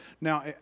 Now